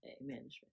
management